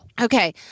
Okay